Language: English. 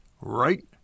Right